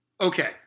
Okay